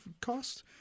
cost